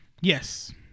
Yes